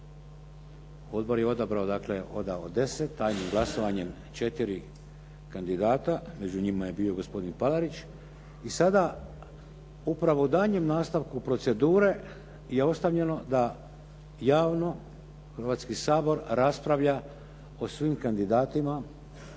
Odbor je odabrao dakle, od 10 tajnim glasovanjem četiri kandidata. Među njima je bio i gospodin Palarić. I sada, upravo u daljnjem nastavku procedure je ostavljeno da javno Hrvatski sabor raspravlja o svim kandidatima,